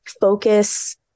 focus